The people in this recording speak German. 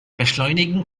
beschleunigen